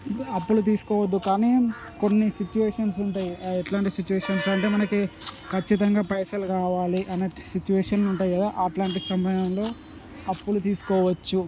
అప్పులు తీసుకోవద్దు కానీ కొన్ని సిచ్యువేషన్స్ ఉంటాయి ఎలాంటి సిచ్యువేషన్స్ అంటే మనకి ఖచ్చితంగా పైసలు కావాలి అన్నట్టు సిచ్యువేషన్లు కదా అట్లాంటి సమయాలలో అప్పులు తీసుకోవచ్చు